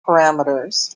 parameters